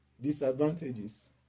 disadvantages